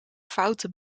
foute